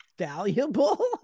Valuable